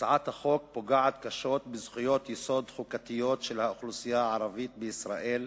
הצעת החוק פוגעת קשות בזכויות חוקתיות של האוכלוסייה הערבית בישראל,